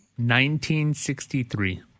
1963